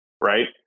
right